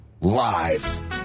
Live